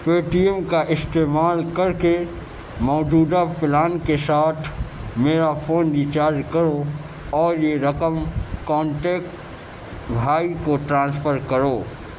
پے T M کا استعمال کر کے موجودہ پلان کے ساتھ میرا فون ریچارج کرو اور یہ رقم کانٹیکٹ بھائی کو ٹرانسفر کرو